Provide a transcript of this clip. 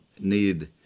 need